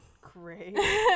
great